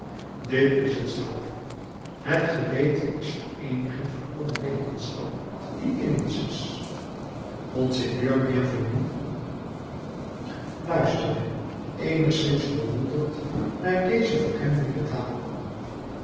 dit is hetzelfde het geweten is vereeniging van alle wetenschap die in ons is monseigneur bienvenu luisterde eenigszins verwonderd naar deze voor hem nieuwe taal